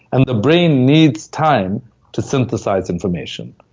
and the brain needs time to synthesize information.